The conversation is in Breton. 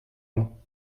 mañ